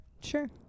Sure